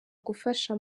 gufasha